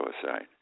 suicide